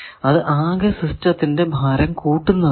അത് ആകെ സിസ്റ്റത്തിന്റെ ഭാരം കൂട്ടുന്നതാണ്